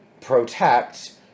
protect